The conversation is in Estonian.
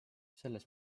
selles